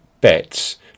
bets